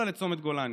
מעפולה לצומת גולני.